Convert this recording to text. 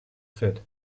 fit